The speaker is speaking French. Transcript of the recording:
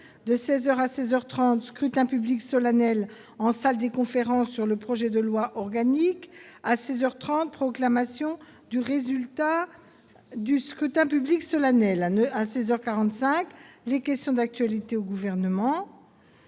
à 16 heures 30 scrutin public solennelle en salle des conférences sur le projet de loi organique à 16 heures 30 proclamation du résultat du scrutin public solennel ne à ses heures 45, les questions d'actualité au gouvernement.